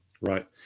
Right